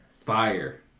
Fire